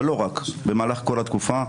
אבל לא רק במהלך כל התקופה.